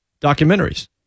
documentaries